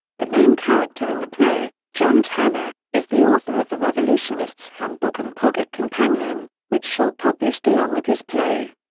the main character in the play, john tanner, is the author of the revolutionist's handbook and pocket companion, which shaw published along with his play.